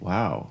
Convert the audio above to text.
Wow